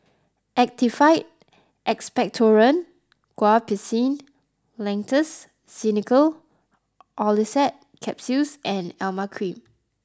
Actified Expectorant Guaiphenesin Linctus Xenical Orlistat Capsules and Emla Cream